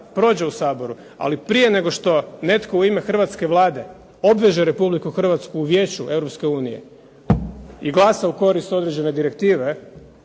prođe u Saboru, ali prije nego što netko u ime hrvatske Vlade obveže Republiku Hrvatsku u Vijeću Europske unije i glasa u korist određene direktive